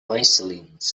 isolines